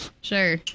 Sure